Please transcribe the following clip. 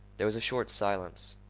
there was a short silence.